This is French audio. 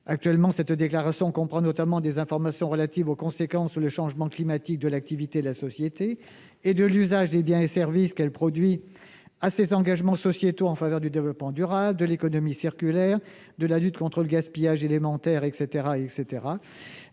Actuellement, cette déclaration comprend des informations relatives aux conséquences sur le changement climatique de l'activité de la société et de l'usage des biens et services qu'elle produit, à ses engagements sociétaux en faveur du développement durable, de l'économie circulaire, de la lutte contre le gaspillage alimentaire, etc. En